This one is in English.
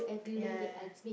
ya ya ya